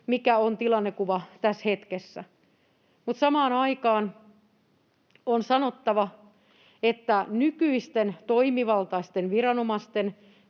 mikä on tilannekuva tässä hetkessä. Samaan aikaan on sanottava, että nykyisten toimivaltaisten viranomaisten